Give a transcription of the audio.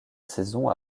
saison